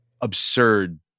absurd